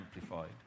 Amplified